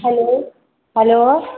hello hello